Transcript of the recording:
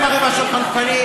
ואתם ערימה של חנפנים,